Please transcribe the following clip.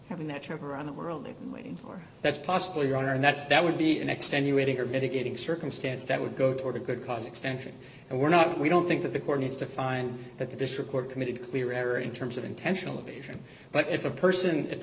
having that trip around the world a waiting for that's possible your honor and that's that would be an extenuating or mitigating circumstance that would go toward a good cause extension and we're not we don't think that the court needs to find that this record committed clear error in terms of intentional evasion but if a person at the